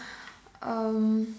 um